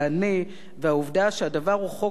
והעובדה שהדבר הוא חוק מהתורה,